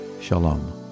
Shalom